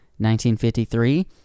1953